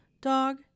dog